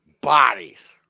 bodies